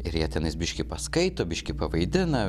ir jie tenais biškį paskaito biškį pavaidina